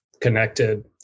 connected